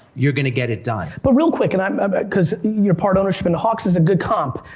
you're gonna get it done. but real quick, and i, um ah but cause your part ownership in the hawks is a good comp,